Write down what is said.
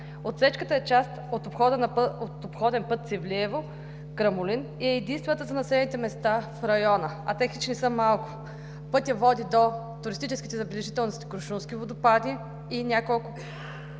Отсечката е част от обходен път Севлиево – Крамолин и е единствената за населените места в района. А те хич не са малко. Пътят води до туристическите забележителности „Крушунски водопади“ и няколко